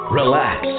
relax